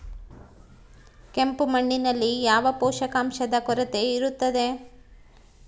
ಕೆಂಪು ಮಣ್ಣಿನಲ್ಲಿ ಯಾವ ಪೋಷಕಾಂಶದ ಕೊರತೆ ಇರುತ್ತದೆ?